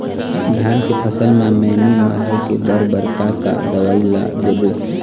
धान के फसल म मैनी माहो के बर बर का का दवई ला देबो?